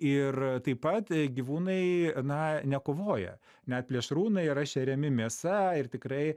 ir taip pat gyvūnai na nekovoja net plėšrūnai yra šeriami mėsa ir tikrai